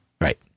Right